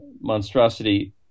monstrosity